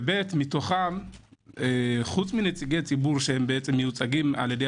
ובי"ת, מתוכם חוץ מנציגי ציבור, שמיוצגים על-ידי